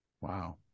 wow